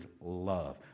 love